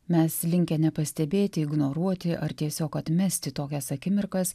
mes linkę nepastebėti ignoruoti ar tiesiog atmesti tokias akimirkas